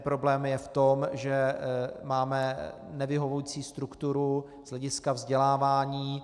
Problém je v tom, že máme nevyhovující strukturu z hlediska vzdělávání.